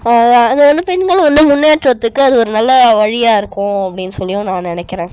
அது வந்து பெண்கள் வந்து முன்னேற்றத்துக்கு அது ஒரு நல்ல வழியாக இருக்கும் அப்டின்னு சொல்லியும் நான் நினைக்கிறேன்